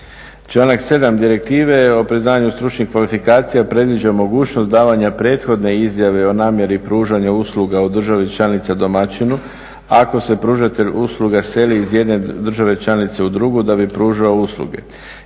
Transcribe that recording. Članak 7. Direktive o priznavanju stručnih kvalifikacija predviđa mogućnost davanja prethodne izjave o namjeri pružanja usluga u državi članica domaćinu, ako se pružatelj usluga seli iz jedne države članice u drugu da bi pružao usluge.